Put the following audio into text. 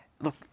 Look